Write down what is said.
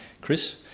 Chris